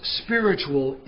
spiritual